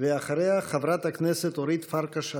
ואחריה, חברת הכנסת אורית פרקש הכהן.